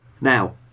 Now